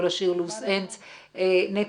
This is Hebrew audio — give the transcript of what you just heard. נטע,